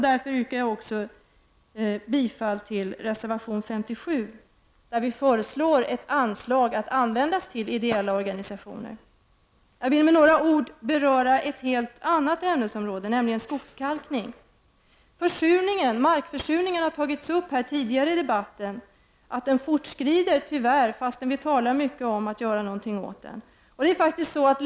Därför yrkar jag också bifall till reservation 57 där vi föreslår ett anslag att användas till ideella organisationer. Jag vill med några ord beröra ett helt annat ämnesområde, nämligen skogskalkning. Markförsurningen, som har tagits upp tidigare i debatten, fortskrider tyvärr, trots att det talas mycket om att någonting skall göras åt den.